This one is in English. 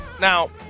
Now